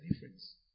difference